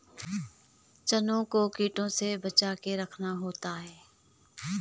चनों को कीटों से बचाके रखना होता है